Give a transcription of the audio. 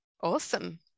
awesome